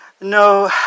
No